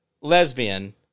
lesbian